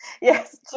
Yes